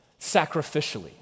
sacrificially